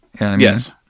Yes